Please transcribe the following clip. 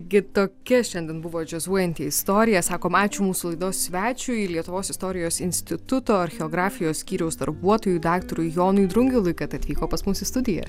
gi tokia šiandien buvo džiazuojanti istorija sakom ačiū mūsų laidos svečiui lietuvos istorijos instituto archeografijos skyriaus darbuotojui daktarui jonui drungilui kad atvyko pas mus į studiją